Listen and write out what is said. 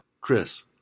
Chris